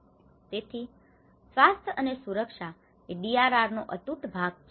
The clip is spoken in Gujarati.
તેથી સ્વાસ્થ્ય અને સુરક્ષા એ ડીઆરઆર નો અતૂટ ભાગ છે